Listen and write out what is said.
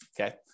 okay